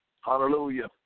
Hallelujah